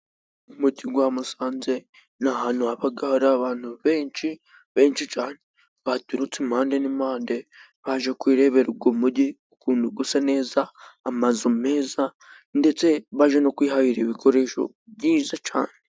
Mu mugi wa Musanze, n'ahantutu haba, hari abantu benshi, benshi cyane, baturutse impande n'impande, baje kwirebera uwo mugi ukuntu usa neza, amazu meza, ndetse baje no kwihahira ibikoresho, byiza cyane.